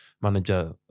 manager